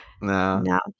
no